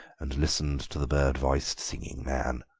and listened to the bird-voiced singing-man.